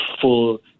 full